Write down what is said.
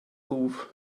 ruf